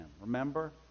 Remember